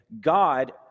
God